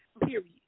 period